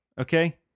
Okay